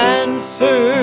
answer